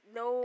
no